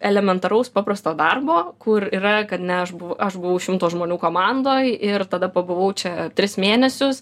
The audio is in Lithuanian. elementaraus paprasto darbo kur yra kad ne aš buv aš buvau šimto žmonių komandoj ir tada pabuvau čia tris mėnesius